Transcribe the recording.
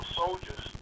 soldiers